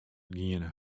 giene